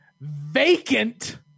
vacant